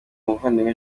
muvandimwe